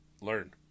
learn